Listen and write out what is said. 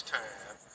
time